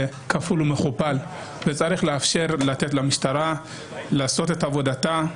כפולה ומכופלת - צריך לאפשר למשטרה לעשות את עבודתה.